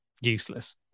useless